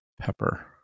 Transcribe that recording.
Pepper